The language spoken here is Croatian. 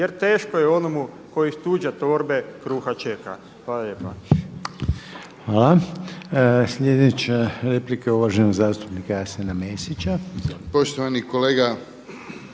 jer teško je onomu koji iz tuđe torbe kruha čeka.“ Hvala